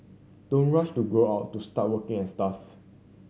don't rush to grow up to start working and stuff